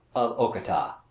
of okata!